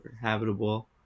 habitable